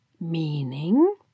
Meaning